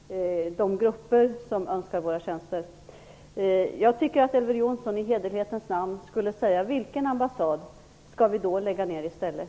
Fru talman! Jag vill bara avslutningsvis konstatera att det är betydligt lättare att vara i opposition och kunna tillgodose önskemålen från de grupper som önskar våra tjänster. Jag tycker att Elver Jonsson i hederlighetens namn skulle säga vilken ambassad vi skall lägga ned i stället.